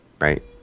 right